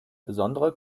besondere